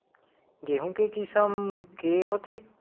गेहूं के किसम के होथे?